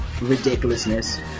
ridiculousness